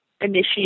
initiate